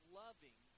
loving